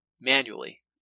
manually